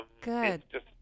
Good